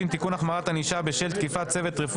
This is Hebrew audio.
(תיקון - החמרת ענישה בשל תקיפת צוות רפואי),